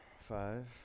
five